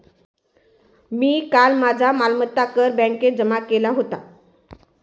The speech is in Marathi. मी काल माझा मालमत्ता कर बँकेत जमा केला होता